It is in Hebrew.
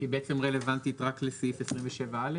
היא בעצם רלוונטית רק לסעיף 27א?